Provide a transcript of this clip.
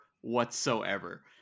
whatsoever